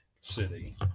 City